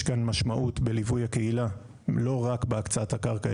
יש כאן משמעות בליווי הקהילה לא רק בהקצאת הקרקע,